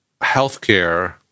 healthcare